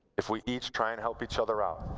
if we each try and help each other out,